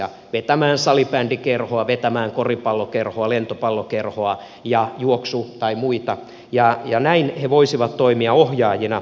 vetämään salibandykerhoa vetämään koripallokerhoa lentopallokerhoa ja juoksu tai muita kerhoja ja näin he voisivat toimia ohjaajina